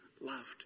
loved